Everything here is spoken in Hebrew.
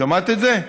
שמעת את זה?